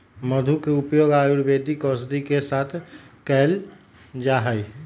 मधु के उपयोग आयुर्वेदिक औषधि के साथ कइल जाहई